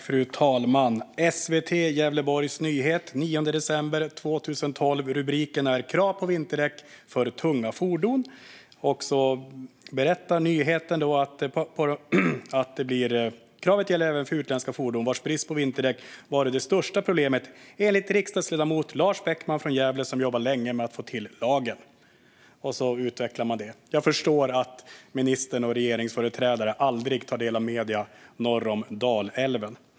Fru talman! I SVT Gävleborgs nyheter den 9 december 2012 är rubriken "Krav på vinterdäck för tunga fordon". I nyhetsartikeln berättar man: "Kravet gäller även för utländska fordon, vars brist på vinterdäck varit det största problemet, enligt riksdagsledamoten Lars Beckman från Gävle, som jobbat länge för att få till lagen." Så utvecklar man detta. Men jag förstår att ministern och regeringsföreträdare aldrig tar del av medier norr om Dalälven.